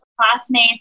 classmates